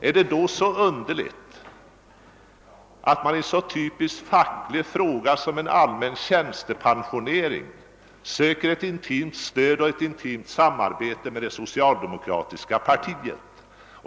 Är det då underligt att fackföreningsrörelsen i en så typisk facklig fråga som frågan om en allmän tjänstepensionering söker stöd av och inleder ett intimt samarbete med det socialdemokratiska partiet?